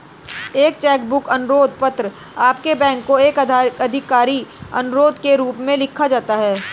एक cheque book अनुरोध पत्र आपके बैंक को एक आधिकारिक अनुरोध के रूप में लिखा जाता है